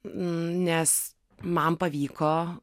nes man pavyko